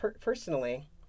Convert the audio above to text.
personally